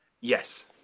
Yes